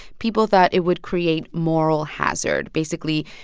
people thought it would create moral hazard. basically,